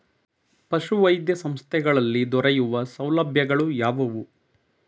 ಪಶುವೈದ್ಯ ಸಂಸ್ಥೆಗಳಲ್ಲಿ ದೊರೆಯುವ ಸೌಲಭ್ಯಗಳು ಯಾವುವು?